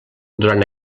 durant